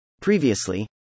Previously